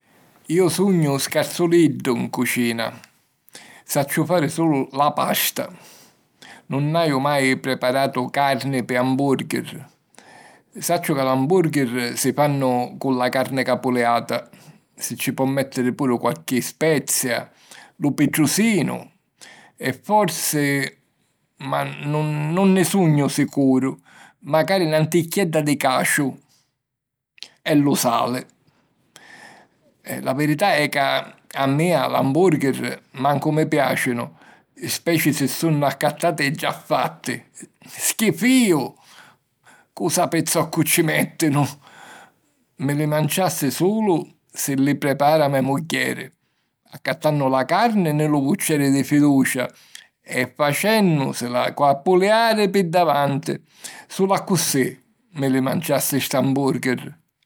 Iu sugnu scarsuliddu 'n cucina. Sacciu fari sulu la pasta. Nun haju mai preparatu carni pi ambùrghiri. Sacciu ca l'ambùrghiri si fannu cu la carni capuliata. Si ci po mèttiri puru qualchi spezia, lu pitrusinu e forsi - ma nun... nun nni sugnu sicuru - macari nanticchiedda di caciu. E lu sali. La virità è ca a mia l'ambùrghiri mancu mi piàcinu, speci si sunnu accattati già fatti; schifìu! Cu' sapi zoccu ci mèttinu! Mi li manciassi sulu si li prepara me mugghieri, accattannu la carni nni lu vucceri di fiducia e facènnusila capuliari pi davanti. Sulu accussì mi li manciassi st'ambùrghiri.